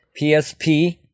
PSP